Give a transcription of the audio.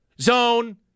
Zone